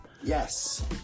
Yes